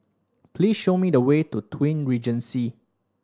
please show me the way to Twin Regency